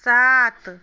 सात